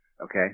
okay